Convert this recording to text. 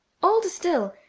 older still,